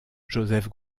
joseph